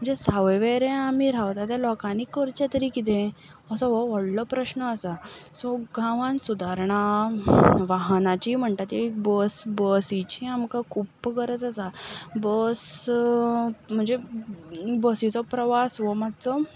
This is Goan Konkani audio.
म्हणजे सावय वेऱ्यां आमी रावता त्या लोकांनी करचें तरी कितें असो हो व्हडलो प्रश्न आसा सो गांवांत सुदारणां वाहनांची म्हणटा ती बस बसींची आमकां खूब्ब गरज आसा बस म्हणचे बसीचो प्रवास हो मातसो